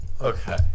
Okay